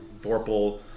vorpal